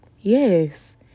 yes